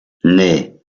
nee